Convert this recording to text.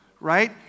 Right